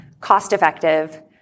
cost-effective